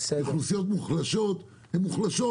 אוכלוסיות מוחלשות הן מוחלשות